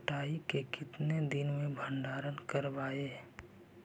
कटाई के कितना दिन मे भंडारन करबय?